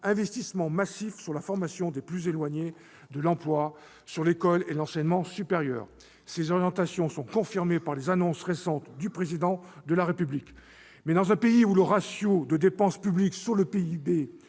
investissements massifs sur la formation des plus éloignés de l'emploi, sur l'école et l'enseignement supérieur. Ces orientations sont confirmées par les annonces récentes du Président de la République. Mais, dans un pays où le ratio des dépenses publiques sur le PIB